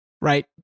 right